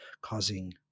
causing